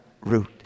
route